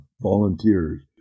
volunteers